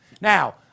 Now